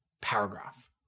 paragraph